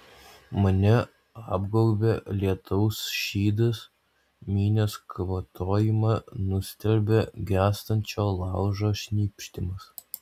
mane apgaubia lietaus šydas minios kvatojimą nustelbia gęstančio laužo šnypštimas